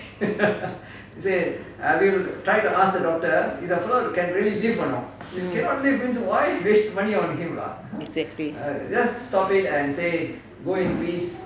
mm exactly